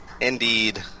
Indeed